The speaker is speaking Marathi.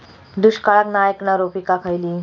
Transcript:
दुष्काळाक नाय ऐकणार्यो पीका खयली?